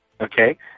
Okay